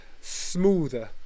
smoother